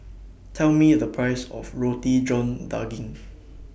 Tell Me The Price of Roti John Daging